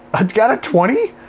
ah it's got a twenty?